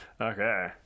okay